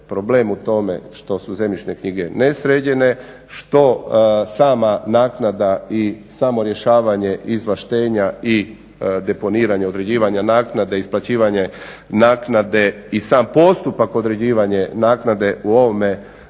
Problem u tome što su zemljišne knjige nesređene, što sama naknada i samo rješavanje izvlaštenja i deponiranje određivanja naknade i isplaćivanje naknade i sam postupak određivanja naknade u ovome